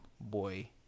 Boy